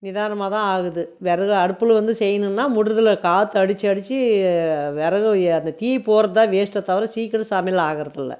நிதானமாக தான் ஆகுது விறகு அடுப்பில் வந்து செய்யணுன்னால் முடிறதுல்ல காற்றடிச்சி அடித்து விறகு அந்த தீ போகிறதுதான் வேஸ்ட்டே தவிர சீக்கிரம் சமையல் ஆகுறதுல்லை